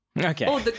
okay